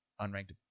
unranked